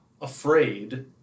afraid